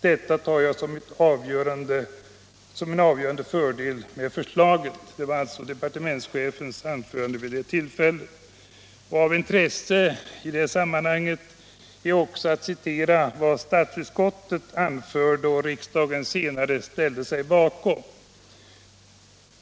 Detta tar jag som en avgörande fördel med förslaget.” Av intresse i detta sammanhang är också vad statsutskottet anförde och riksdagen senare ställde sig bakom.